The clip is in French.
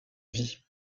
vie